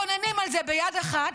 מקוננים על זה ביד אחת,